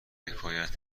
حکایت